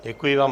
Děkuji vám.